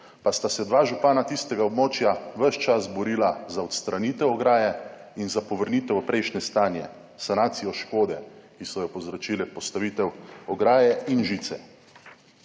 pa sta se dva župana tistega območja ves čas borila za odstranitev ograje in za povrnitev v prejšnje stanje, sanacijo škode, ki so jo povzročile postavitev ograje in žice.